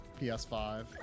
PS5